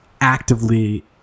actively